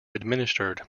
administered